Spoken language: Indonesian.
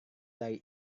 dari